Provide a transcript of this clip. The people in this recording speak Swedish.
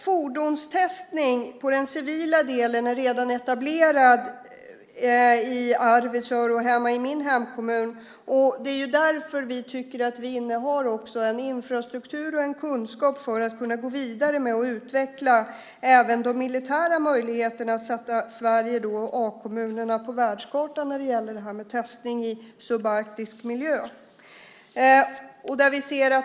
Fordonstestning på den civila delen är redan etablerad i Arvidsjaur och hemma i min hemkommun. Det är därför vi tycker att vi innehar en infrastruktur och en kunskap för att kunna gå vidare med och utveckla även de militära möjligheterna att sätta Sverige och A-kommunerna på världskartan när det gäller testning i subarktisk miljö.